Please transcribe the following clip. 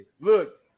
Look